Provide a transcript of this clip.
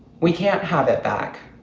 we can't have it back.